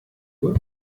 uhr